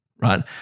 right